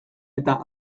eta